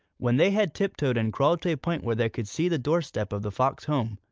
when they had tiptoed and crawled to a point where they could see the doorstep of the fox home,